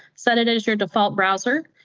set it as your default browser.